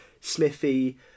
Smithy